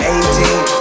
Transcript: Eighteen